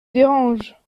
dérange